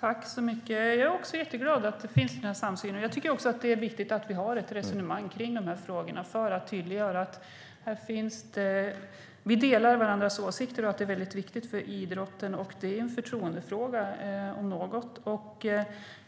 Fru talman! Jag är också jätteglad över att det finns en samsyn. Jag tycker att det är viktigt att vi för ett resonemang kring frågorna för att tydliggöra att vi delar varandras åsikter och att det är väldigt viktigt för idrotten. Det är en förtroendefråga, om något.